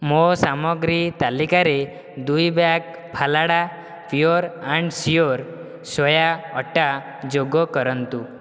ମୋ' ସାମଗ୍ରୀ ତାଲିକାରେ ଦୁଇ bag Phalada pure and sure soya atta ଯୋଗ କରନ୍ତୁ